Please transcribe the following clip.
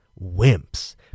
wimps